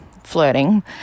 flirting